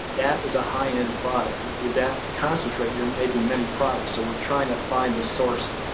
that is a high end product. with that concentrate, you're making many products. so we're trying to find the source.